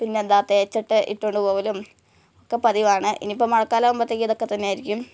പിന്നെ എന്താണ് തേച്ചിട്ട് ഇട്ടുകൊണ്ട് പോവലും ഒക്കെ പതിവാണ് ഇനി ഇപ്പം മഴക്കാലം ആവുമ്പോഴത്തേക്ക് ഇതൊക്കെ തന്നെയായിരിക്കും